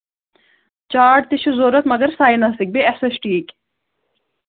چاٹ تہِ چھُ ضوٚرَتھ مَگر ساینَسٕکۍ بیٚیہِ اٮ۪س اٮ۪س ٹی یِکۍ